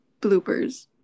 bloopers